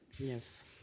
Yes